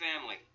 family